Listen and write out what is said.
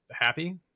happy